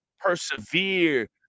persevere